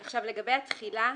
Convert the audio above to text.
עכשיו, לגבי התחילה,